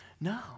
No